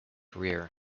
career